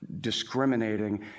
discriminating